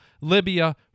Libya